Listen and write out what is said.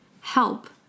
help